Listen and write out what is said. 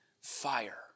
fire